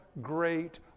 great